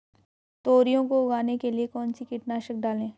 तोरियां को उगाने के लिये कौन सी कीटनाशक डालें?